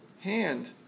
hand